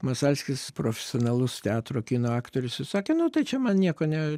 masalskis profesionalus teatro kino aktorius jis sakė nu tai čia man nieko ne